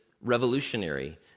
revolutionary